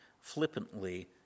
flippantly